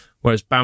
whereas